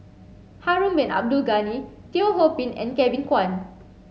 Harun Bin Abdul Ghani Teo Ho Pin and Kevin Kwan